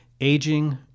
aging